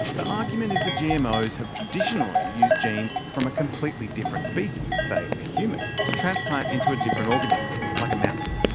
the argument is that gmos have traditionally used genes from a completely different species say, a human to transplant into a totally different organism, like a mouse.